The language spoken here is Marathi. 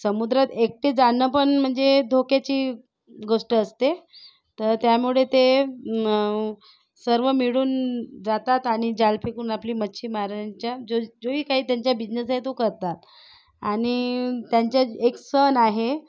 समुद्रात एकटे जाणं पण म्हणजे धोक्याची गोष्ट असते तर त्यामुळे ते सर्व मिळून जातात आणि जाळं फेकून आपली मच्छीमारांचा जो ही काही त्यांचा बिजनेस आहे तो करतात आणि त्यांच्यात एक सण आहे